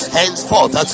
henceforth